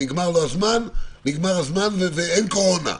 נגמר הזמן ואין קורונה.